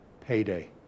payday